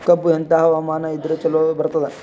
ಕಬ್ಬು ಎಂಥಾ ಹವಾಮಾನ ಇದರ ಚಲೋ ಬರತ್ತಾದ?